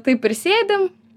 taip ir sėdim